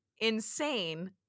insane